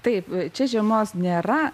taip čia žiemos nėra